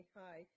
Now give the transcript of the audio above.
hi